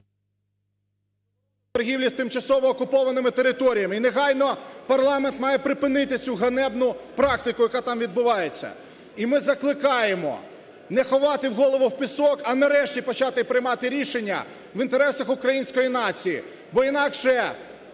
торгівлі з тимчасово окупованими територіями. І негайно парламент має припинити цю ганебну практику, яка там відбувається. І ми закликаємо не ховати голову в пісок, а нарешті, почати приймати рішення в інтересах української нації, бо інакше